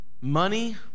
money